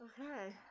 Okay